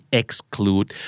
exclude